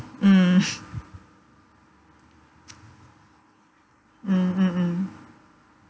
mm mm mm mm